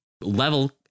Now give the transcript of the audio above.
level